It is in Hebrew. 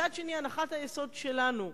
מצד שני, הנחת היסוד שלנו,